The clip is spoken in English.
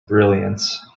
brilliance